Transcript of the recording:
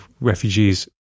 refugees